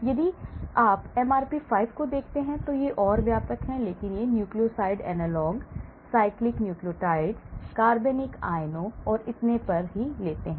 यदि आप MRP5 को देखते हैं व्यापक हैं और लेकिन वे न्यूक्लियोसाइड एनालॉग cyclic nucleotides कार्बनिक आयनों और इतने पर लेते हैं